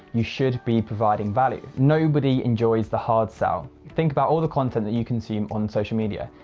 you should be providing value. nobody enjoys the hard sell. think about all the content that you can see and on social media.